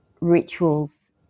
rituals